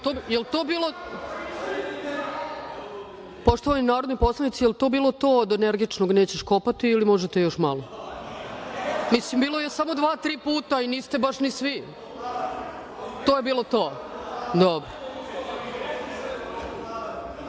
Poštovani narodni poslanici, jel to bilo to od energičnog – nećeš kopati ili možete još malo? Mislim, bilo je samo dva, tri puta i niste baš ni svi. To je bilo to? Dobro.U